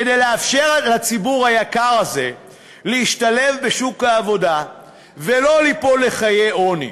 כדי לאפשר לציבור היקר הזה להשתלב בשוק העבודה ולא ליפול לחיי עוני,